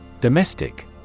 Domestic